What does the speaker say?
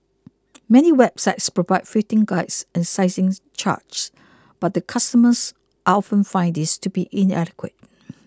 many websites provide fitting guides and sizings chart but the customers often find these to be inadequate